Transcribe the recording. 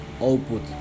output